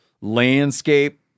landscape